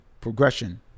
progression